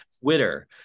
twitter